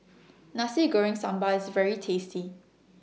Nasi Goreng Sambal IS very tasty